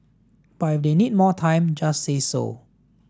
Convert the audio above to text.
but if they need more time just say so